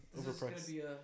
Overpriced